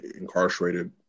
incarcerated